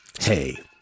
Hey